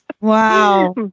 wow